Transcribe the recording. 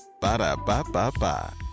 Ba-da-ba-ba-ba